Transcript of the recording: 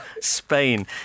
Spain